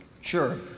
Sure